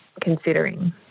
considering